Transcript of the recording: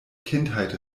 kindheit